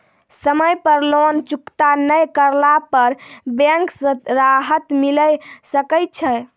समय पर लोन चुकता नैय करला पर बैंक से राहत मिले सकय छै?